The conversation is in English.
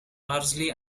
largely